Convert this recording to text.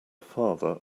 father